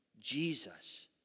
Jesus